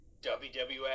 WWF